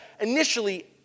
initially